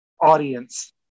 audience